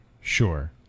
sure